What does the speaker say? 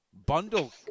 bundle